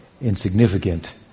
insignificant